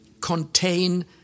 contain